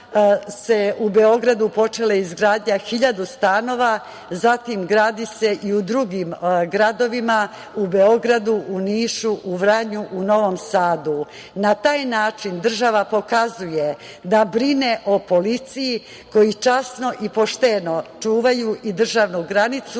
u Beogradu je počela izgradnja hiljadu stanova, zatim, gradi se i u drugim gradovima, u Nišu, u Vranju, u Novom Sadu. Na taj način država pokazuje da brine o policiji, koji časno i pošteno čuvaju i državnu granicu,